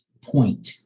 point